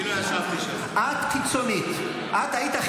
כי אתם והאנשים שלכם היו בשלטון והבינו את הבעייתיות